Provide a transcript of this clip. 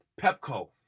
Pepco